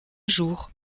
jour